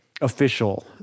official